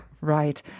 Right